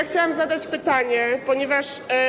Chciałam zadać pytanie, ponieważ.